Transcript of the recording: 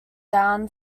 down